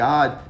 God